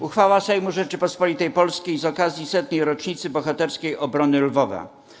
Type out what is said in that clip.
Uchwała Sejmu Rzeczypospolitej Polskiej z okazji 100. rocznicy bohaterskiej obrony Lwowa.